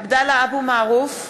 (קוראת בשמות חברי הכנסת) עבדאללה אבו מערוף,